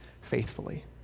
faithfully